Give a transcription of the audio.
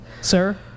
Sir